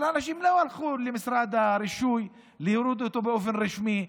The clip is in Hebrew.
אבל אנשים לא הלכו למשרד הרישוי להוריד אותו באופן רשמי,